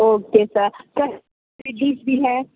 okay sir sir بھی ہے